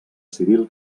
civil